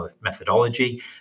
methodology